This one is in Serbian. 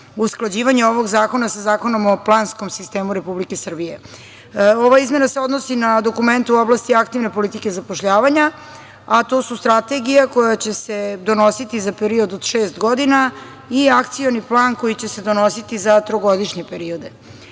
usklađivanje ovog zakona sa Zakonom o planskom sistemu Republike Srbije. Ova izmena se odnosi na dokument u oblasti aktivne politike zapošljavanja, a to su strategija koja će se donositi za period od šest godina i akcioni plan koji će se donositi za trogodišnje periode.O